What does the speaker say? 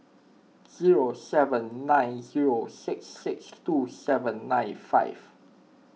zero seven nine zero six six two seven nine five